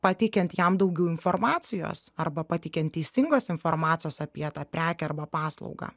pateikiant jam daugiau informacijos arba pateikiant teisingos informacijos apie tą prekę arba paslaugą